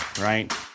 right